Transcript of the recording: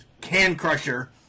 can-crusher